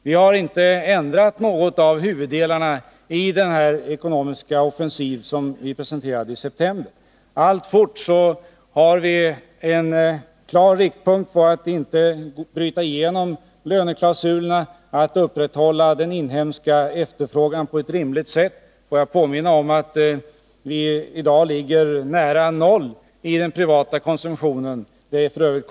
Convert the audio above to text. Vi har inte ändrat något av huvuddragen i den ekonomiska offensiv som vi presenterade i september, utan vi har alltfort en klar riktpunkt i att inte bryta igenom löneklausulerna, för att kunna upprätthålla den inhemska efterfrågan på ett rimligt sätt. Får jag påminna om att vi i dag ligger nära noll i den privata konsumtionen — det är f.ö.